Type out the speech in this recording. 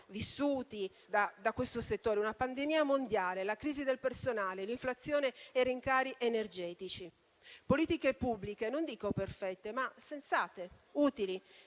vissuti da questo settore: una pandemia mondiale, la crisi del personale, l'inflazione e i rincari energetici. Politiche pubbliche non dico perfette, ma sensate, utili: